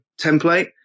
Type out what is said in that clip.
template